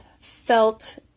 felt